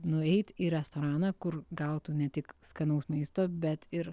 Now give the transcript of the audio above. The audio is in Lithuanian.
nueit į restoraną kur gautų ne tik skanaus maisto bet ir